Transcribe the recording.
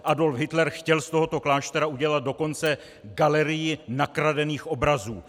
Adolf Hitler chtěl z tohoto kláštera udělat dokonce galerii nakradených obrazů!